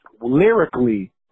lyrically